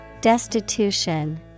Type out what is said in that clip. Destitution